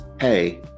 hey